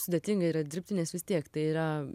sudėtinga yra dirbti nes vis tiek tai yra